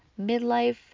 Midlife